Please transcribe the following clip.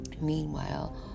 meanwhile